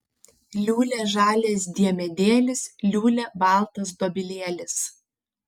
liūlia žalias diemedėlis liūlia baltas dobilėlis